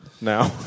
Now